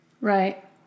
Right